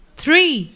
three